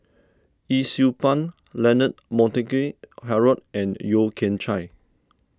Yee Siew Pun Leonard Montague Harrod and Yeo Kian Chai